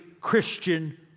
Christian